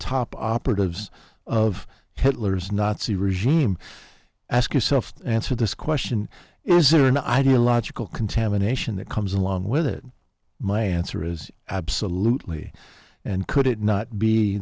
top operatives of hitler's nazi regime ask yourself answer this question is there an ideological contamination that comes along with it my answer is absolutely and could it not be